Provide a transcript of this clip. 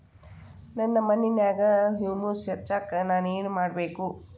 ನನ್ನ ಮಣ್ಣಿನ್ಯಾಗ್ ಹುಮ್ಯೂಸ್ ಹೆಚ್ಚಾಕ್ ನಾನ್ ಏನು ಮಾಡ್ಬೇಕ್?